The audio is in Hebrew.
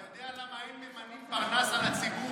אתה יודע למה אין ממנים פרנס על הציבור